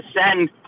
send